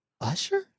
Usher